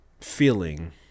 feeling